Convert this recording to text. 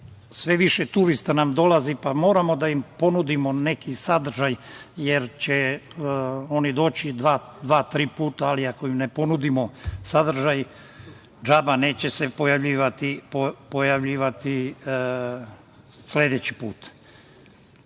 Sve više turista nam dolazi pa moramo da im ponudimo neki sadržaj, jer će oni doći dva, tri puta, ali ako im ne ponudimo sadržaj, džaba, neće se pojavljivati sledeći